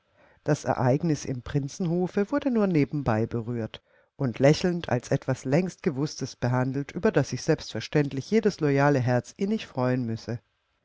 das ereignis im prinzenhofe wurde nur nebenbei berührt und lächelnd als etwas längst gewußtes behandelt über das sich selbstverständlich jedes loyale herz innig freuen müsse